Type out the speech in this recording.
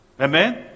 Amen